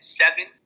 seven